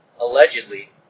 allegedly